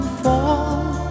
fall